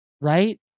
right